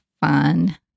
fun